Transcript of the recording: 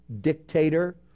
dictator